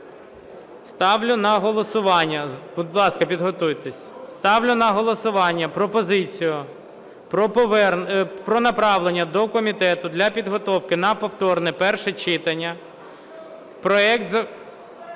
Ставлю на голосування пропозицію про направлення до комітету для підготовки на повторне перше читання проект...